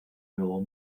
nuevo